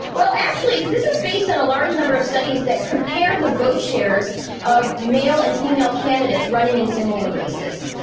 well actually, this is based on a large number of studies that compare the vote shares of male and female candidates running in similar races.